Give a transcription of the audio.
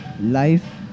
life